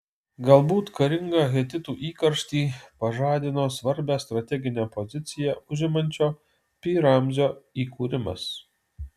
galbūt karingą hetitų įkarštį pažadino svarbią strateginę poziciją užimančio pi ramzio įkūrimas